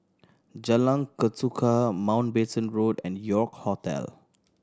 Jalan Ketuka Mountbatten Road and York Hotel